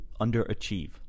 underachieve